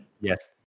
Yes